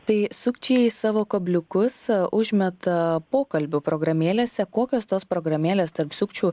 tai sukčiai savo kabliukus užmeta pokalbių programėlėse kokios tos programėlės tarp sukčių